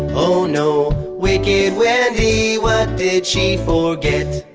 oh no, wicked wendy. what did she forget?